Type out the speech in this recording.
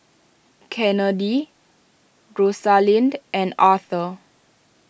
Kennedi Rosalind and Arther